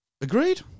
Agreed